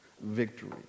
victory